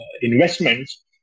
investments